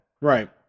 Right